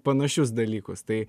panašius dalykus tai